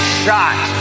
shot